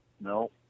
No